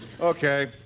Okay